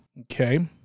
okay